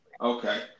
okay